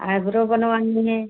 eyebrow बनवाने हैं